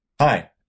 Hi